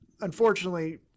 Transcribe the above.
unfortunately